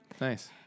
Nice